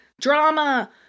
drama